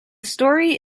story